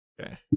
Okay